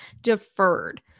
deferred